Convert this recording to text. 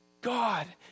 God